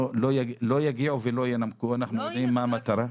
לא יגיעו ולא ינמקו, אנחנו יודעים מה המטרה.